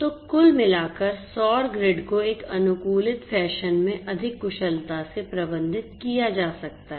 तो कुल मिलाकर सौर ग्रिड को एक अनुकूलित फैशन में अधिक कुशलता से प्रबंधित किया जा सकता है